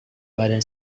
badan